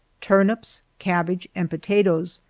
turnips, cabbage, and potatoes.